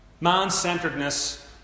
Man-centeredness